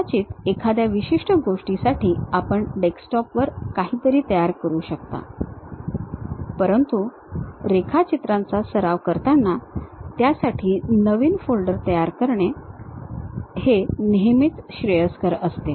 कदाचित एखाद्या विशिष्ट गोष्टीसाठी आपण डेस्कटॉप वर काहीतरी तयार करू शकता परंतु रेखाचित्रांचा सर्व करताना त्यासाठी नवीन फोल्डर तयार करणे हे नेहमीच श्रेयस्कर असते